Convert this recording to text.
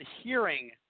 hearing